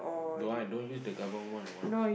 don't want i don't use the government one I want